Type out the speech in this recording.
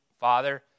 Father